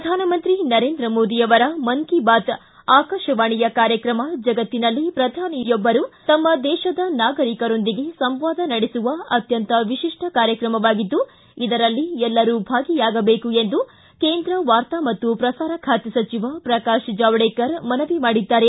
ಪ್ರಧಾನಮಂತ್ರಿ ನರೇಂದ್ರ ಮೋದಿ ಅವರ ಮನ್ ಕಿ ಬಾತ್ ಆಕಾಶವಾಣಿಯ ಕಾರ್ಯಕ್ರಮ ಜಗತ್ತಿನಲ್ಲೇ ಪ್ರಧಾನಿಯೊಬ್ಬರು ತಮ್ಮ ದೇಶದ ನಾಗರಿಕರೊಂದಿಗೆ ಸಂವಾದ ನಡೆಸುವ ಅತ್ಯಂತ ವಿಶಿಷ್ಟ ಕಾರ್ಯಕ್ರಮವಾಗಿದ್ದು ಇದರಲ್ಲಿ ಎಲ್ಲರೂ ಭಾಗಿಯಾಗಬೇಕು ಎಂದು ಕೇಂದ್ರ ವಾರ್ತಾ ಮತ್ತು ಪ್ರಸಾರ ಖಾತೆ ಸಚಿವ ಪ್ರಕಾಶ ಜಾವಡೇಕರ್ ಮನವಿ ಮಾಡಿದ್ದಾರೆ